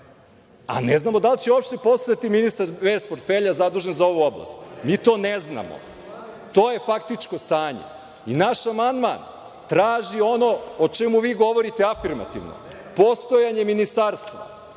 a ne znamo ni da li će uopšte postojati ministar bez portfelja zadužen za ovu oblast. Mi to ne znamo. To je faktičko stanje i naš amandman traži ono o čemu vi govorite afirmativno. Postojanje ministarstva